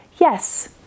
yes